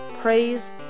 praise